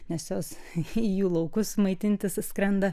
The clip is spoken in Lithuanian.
nes jos į jų laukus maitintis skrenda